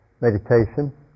meditation